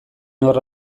horra